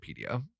Wikipedia